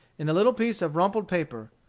in a little piece of rumpled paper,